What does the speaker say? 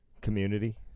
community